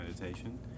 meditation